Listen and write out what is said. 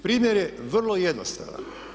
Primjer je vrlo jednostavan.